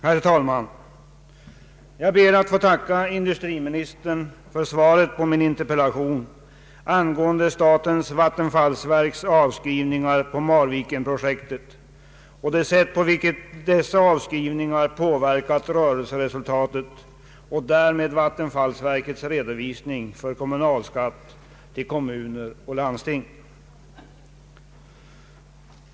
Herr talman! Jag ber att få tacka industriministern för svaret på min interpellation angående statens vattenfallsverks avskrivningar på Marvikenprojektet och det sätt på vilket dessa avskrivningar påverkat rörelseresultatet och därmed vattenfallsverkets redovisning för kommunalskatt till kommuner och landsting.